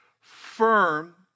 firm